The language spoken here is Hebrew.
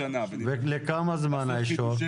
לכמה זמן ניתן האישור?